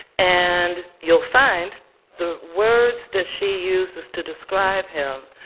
and you'll find the words that she uses to describe him